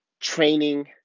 training